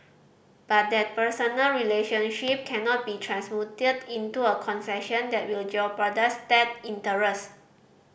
but that personal relationship cannot be transmuted into a concession that will jeopardise state interest